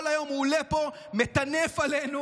כל היום הוא עולה פה, מטנף עלינו